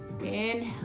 inhale